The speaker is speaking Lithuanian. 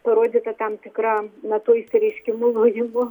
parodyta tam tikra na tuo išsireiškimu lojimu